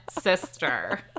sister